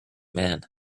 man